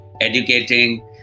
educating